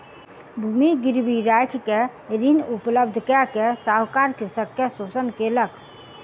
भूमि गिरवी राइख के ऋण उपलब्ध कय के साहूकार कृषक के शोषण केलक